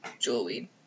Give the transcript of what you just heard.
jewelweed